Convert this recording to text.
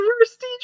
worst